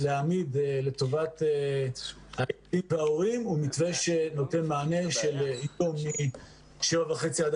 להעמיד לטובת זה הוא מתווה שנותן מענה מ-7:30 עד